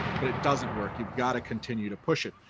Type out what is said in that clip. but it doesn't work, you've got to continue to push it.